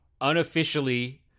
unofficially